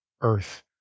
earth